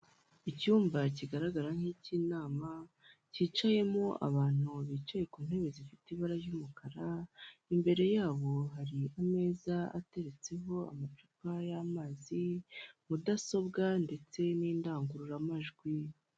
Icyumba kigaragara nk'icy'inama cyicayemo abantu bicaye ku ntebe zifite ibara ry'umukara, imbere yabo hari ameza ateretseho amacupa y'amazi mudasobwa ndetse n'indangururamajwi.